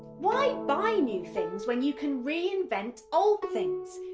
why buy new things when you can reinvent old things?